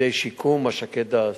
בתפקידי שיקום, מש"קי דת,